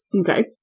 Okay